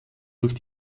durch